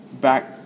back